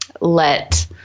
let